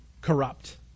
corrupt